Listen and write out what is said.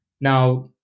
Now